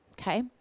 Okay